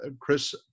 Chris